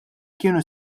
kienu